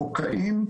קוקאין,